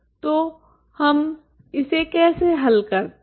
तो हम इसे कैसे हल करते हैं